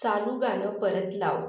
चालू गाणं परत लाव